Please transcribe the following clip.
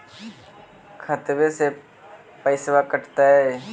खतबे से पैसबा कटतय?